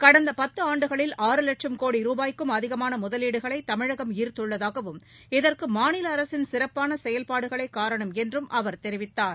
கடந்த பத்தாண்டுகளில் ஆறு வட்சம் கோடி ரூபாய்க்கும் அதிகமான முதவீடுகளை தமிழகம் ஈர்த்துள்ளதாகவும் இதற்கு மாநில அரசின் சிறப்பான செயல்பாடுகளே காரணம் என்றும் அவர் தெரிவித்தார்